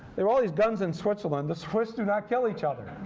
there are all these guns in switzerland. the swiss do not kill each other.